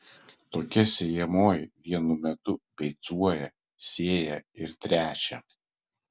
tokia sėjamoji vienu metu beicuoja sėja ir tręšia